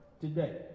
today